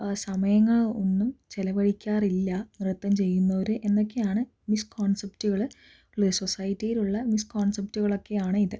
സമയങ്ങൾ ഒന്നും ചെലവഴിക്കാറില്ല നൃത്തം ചെയ്യുന്നോര് എന്നൊക്കെയാണ് മിസ്കോൺസെപ്റ്റുകള് സൊസൈറ്റിയിലുള്ള മിസ്കോൺസെപ്റ്റുകളൊക്കെയാണ് ഇത്